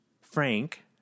Frank